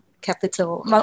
capital